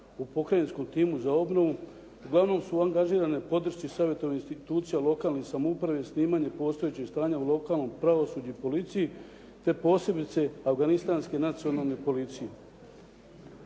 u pokrajinskom timu za obnovu uglavnom su angažirane podršci savjetovanja institucija lokalnih samoupravi i osnivanje postojećih stanja u lokanom pravosuđu i policiji, te posebice afganistanske nacionalne policije.